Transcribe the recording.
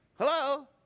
Hello